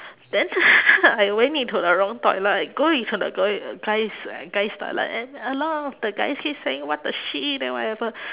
then I went into the wrong toilet girl is on the gir~ uh guys' guys' toilet and a lot of the guys keep saying what the shit and whatever